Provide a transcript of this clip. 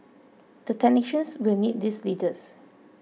the technicians will need these leaders